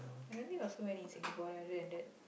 I don't think got so many in Singapore other than that